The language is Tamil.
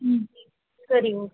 ம் சரி ஓகே